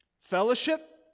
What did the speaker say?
fellowship